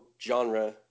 genre